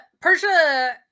Persia